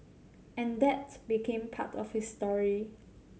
and that became part of his story